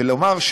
לומר,